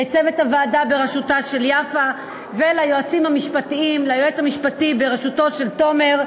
לצוות הוועדה בראשותה של יפה וליועצים המשפטיים בראשותו של תומר,